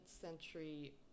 century